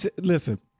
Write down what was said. listen